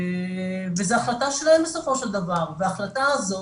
וזו החלטה שלהם בסופו של דבר, וההחלטה הזאת